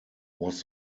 was